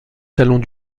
salons